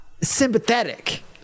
sympathetic